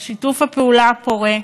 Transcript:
על שיתוף הפעולה הפורה,